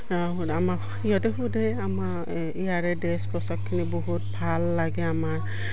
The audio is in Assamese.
আমাক সিহঁতে সোধে আমাৰ ইয়াৰে ড্ৰেছ পোছাকখিনি বহুত ভাল লাগে আমাৰ